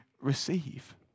receive